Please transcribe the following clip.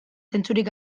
zentzurik